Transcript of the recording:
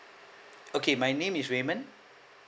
okay my name is raymond